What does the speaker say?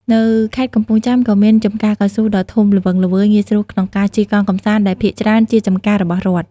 នៅខេត្តកំពង់ចាមក៏មាន ចំការកៅស៊ូ ដ៏ធំល្វឹងល្វើយងាយស្រួលក្នុងការជិះកង់កម្សាន្ត ដែលភាគច្រើនជាចំការរបស់រដ្ឋ។